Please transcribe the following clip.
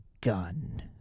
gun